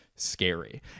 scary